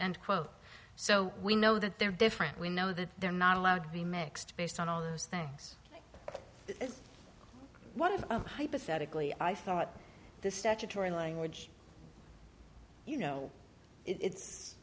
and quote so we know that they're different we know that they're not allowed to be mixed based on all those things one of hypothetically i thought the statutory language you know it's